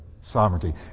Sovereignty